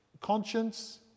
conscience